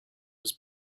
was